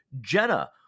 Jenna